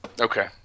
Okay